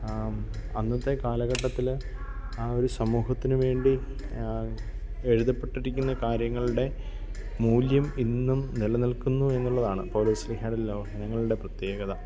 അന്നത്തെ കാലഘട്ടത്തിൽ ആ ഒരു സമൂഹത്തിന് വേണ്ടി എഴുതപ്പെട്ടിരിക്കുന്ന കാര്യങ്ങളുടെ മൂല്യം ഇന്നും നിലനിൽക്കുന്നു എന്നുള്ളതാണ് പൗലോസ് ശ്ലീഹായുടെ ലേഖനങ്ങളുടെ പ്രത്യേകത